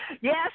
Yes